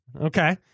Okay